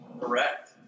Correct